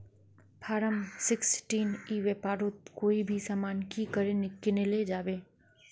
Form sixteen ई व्यापारोत कोई भी सामान की करे किनले जाबे?